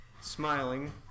smiling